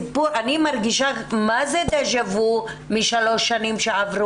אני מרגישה דז'ה וו למה שקרה לפני שלוש שנים.